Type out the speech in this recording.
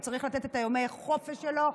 הוא צריך לתת את ימי החופש שלו,